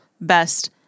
Best